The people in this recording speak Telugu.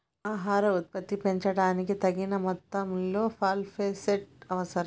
ఆహార ఉత్పత్తిని పెంచడానికి, తగినంత మొత్తంలో ఫాస్ఫేట్ అవసరం